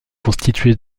constitué